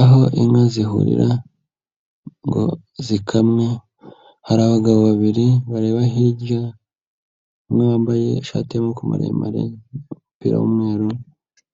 Aho inka zihurira ngo zikamwe, hari abagabo babiri bareba hirya, umwe wambaye ishati y'amaboko maremare, umupira w'mweru,